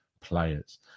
players